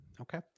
Okay